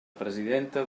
presidenta